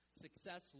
success